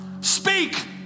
speak